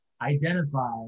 identify